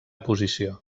posició